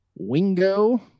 Wingo